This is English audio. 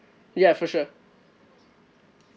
ya for sure